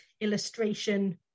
illustration